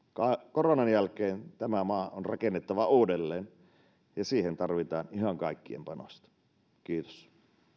koronan jälkeen tämä maa on rakennettava uudelleen ja siihen tarvitaan ihan kaikkien panosta kiitos